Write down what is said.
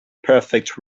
perfect